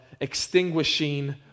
extinguishing